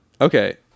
Okay